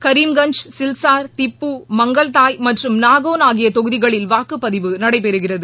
கிம் கன்ஞ் சில்சாா் திப்பு மங்கள்தாய் மற்றும் நாகோள் ஆகிய தொகதிகளில் வாக்குப்பதிவு நடைபெறுகிறது